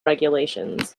regulations